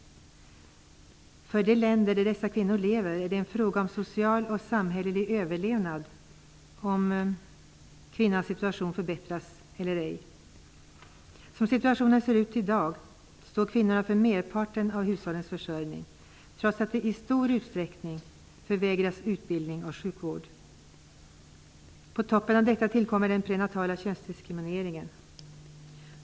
För de länder där dessa kvinnor lever är det en fråga om social och samhällelig överlevnad om kvinnans situation förbättras eller ej. Som situationen ser ut i dag står kvinnorna för merparten av hushållens försörjning, trots att de i stor utsträckning förvägras utbildning och sjukvård. På toppen av detta kommer den prenatala könsdiskrimineringen.